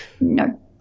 no